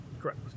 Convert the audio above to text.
Correct